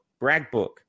BragBook